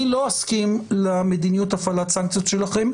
אני לא אסכים למדיניות הפעלת הסנקציות שלכם,